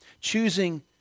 Choosing